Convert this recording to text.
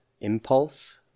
Impulse